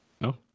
No